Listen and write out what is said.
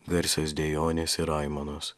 garsios dejonės ir aimanos